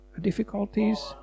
difficulties